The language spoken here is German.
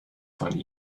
von